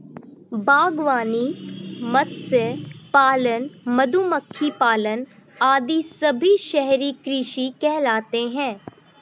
बागवानी, मत्स्य पालन, मधुमक्खी पालन आदि सभी शहरी कृषि कहलाते हैं